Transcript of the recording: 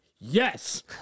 Yes